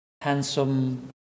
handsome